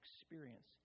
experience